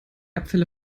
abfälle